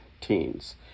teens